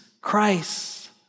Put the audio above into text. Christ